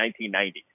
1990